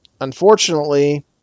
unfortunately